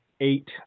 eight